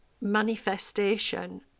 manifestation